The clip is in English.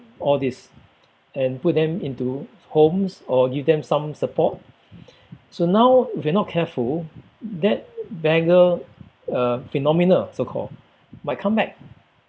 all this and put them into homes or give them some support so now if you're not careful that beggar uh phenomenal so called might come back